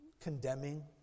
condemning